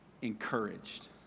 encouraged